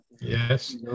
Yes